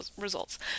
results